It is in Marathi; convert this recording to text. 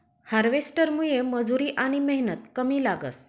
हार्वेस्टरमुये मजुरी आनी मेहनत कमी लागस